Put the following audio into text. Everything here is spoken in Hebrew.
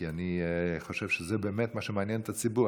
כי אני חושב שזה באמת מה שמעניין את הציבור.